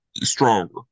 stronger